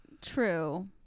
true